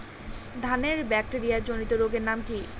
ধানের ব্যাকটেরিয়া জনিত রোগের নাম কি?